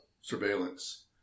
surveillance